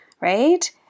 right